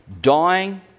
dying